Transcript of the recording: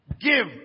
Give